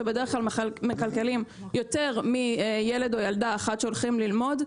שבדרך כלל מכלכלים יותר מילד או ילדה אחת שהולכים ללמוד.